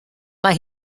mae